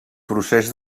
procés